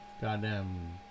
Goddamn